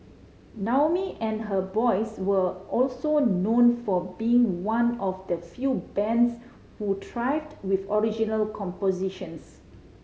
Naomi and her boys were also known for being one of the few bands who thrived with original compositions